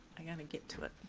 i gotta get to it.